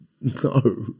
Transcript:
No